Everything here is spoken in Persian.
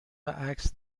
عکس